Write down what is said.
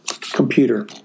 computer